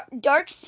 Dark